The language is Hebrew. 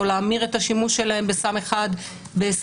או להמיר את השימוש שלהם בסם אחד בסמים